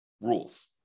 rules